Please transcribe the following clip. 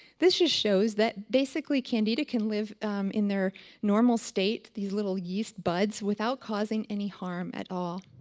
this just shows that basically candida can live in their normal state these little yeast buds without causing any harm at all.